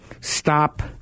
stop